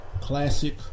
Classic